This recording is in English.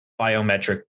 biometric